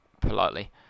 politely